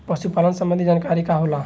पशु पालन संबंधी जानकारी का होला?